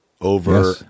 over